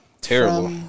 Terrible